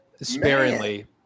sparingly